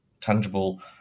tangible